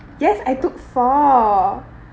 yes I took four